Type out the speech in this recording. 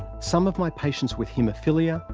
some of my patients with haemophilia,